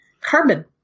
carbon